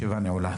הישיבה נעולה.